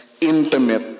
intimate